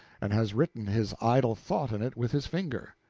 and has written his idle thought in it with his finger.